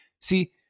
See